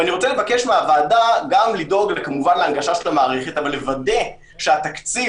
אני רוצה לבקש מהוועדה גם לדאוג להנגשה של המערכת אבל לוודא שהתקציב